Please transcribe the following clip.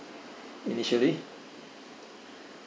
initially